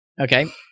Okay